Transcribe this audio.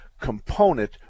component